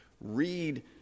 Read